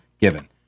given